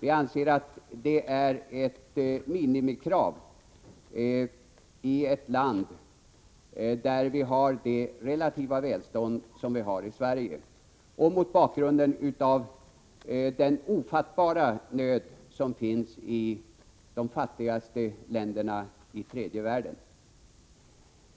Vi anser att det är ett minimikrav i ett land där vi har det relativa välstånd som vi har i Sverige och mot bakgrund av den ofattbara nöden i de fattigaste länderna i tredje världen.